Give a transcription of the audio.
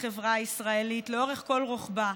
בחברה הישראלית, לאורכה ולרוחבה,